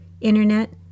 internet